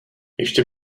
ještě